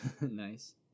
Nice